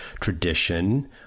tradition